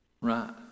right